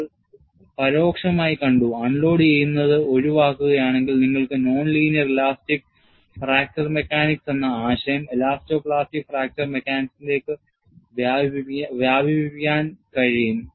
നമ്മൾ പരോക്ഷമായി കണ്ടു അൺലോഡുചെയ്യുന്നത് ഒഴിവാക്കുകയാണെങ്കിൽ നിങ്ങൾക്ക് non linear elastic fracture mechanics എന്ന ആശയം എലാസ്റ്റോ പ്ലാസ്റ്റിക് ഫ്രാക്ചർ മെക്കാനിക്സിലേക്ക് വ്യാപിപ്പിക്കാൻ കഴിയും